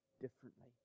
differently